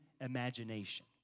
imagination